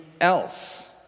else